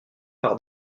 par